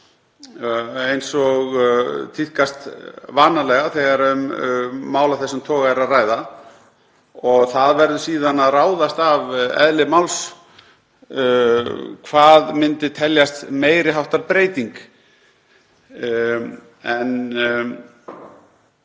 eins og tíðkast vanalega þegar um mál af þessum toga er að ræða. Það verður síðan að ráðast af eðli máls hvað myndi teljast meiri háttar breyting. Ég